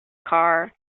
car